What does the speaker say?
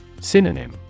Synonym